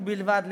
ובהם בלבד,